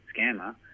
scammer